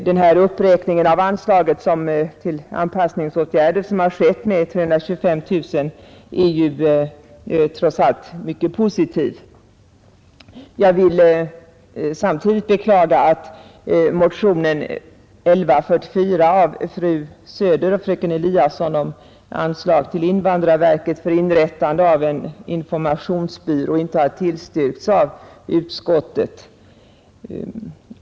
Den uppräkning av anslaget till anpassningsåtgärder som skett med 325 000 kronor är trots allt en mycket positiv sak. Jag vill emellertid beklaga att motionen 1144 av fru Söder och fröken Eliasson om anslag till invandrarverket för inrättande av en informationsbyrå inte har tillstyrkts av utskottet.